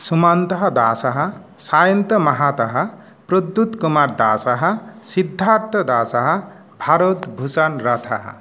सुमन्तः दासः सायन्त महातः प्रोद्युत् कुमार् दासः सिद्धार्थ दासः भारत् भूषण राथः